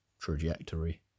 trajectory